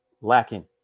lacking